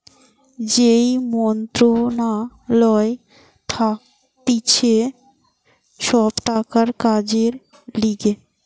যেই মন্ত্রণালয় থাকতিছে সব টাকার কাজের লিগে